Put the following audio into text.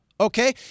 okay